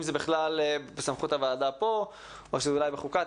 זה בכלל בסמכות הוועדה פה או שאולי בוועדת חוקה.